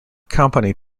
company